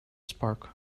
spark